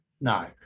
No